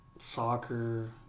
soccer